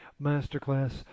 masterclass